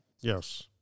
Yes